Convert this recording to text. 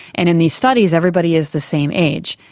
and in these studies everybody is the same age.